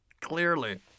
Clearly